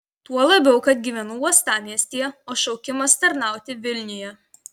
tuo labiau kad gyvenu uostamiestyje o šaukimas tarnauti vilniuje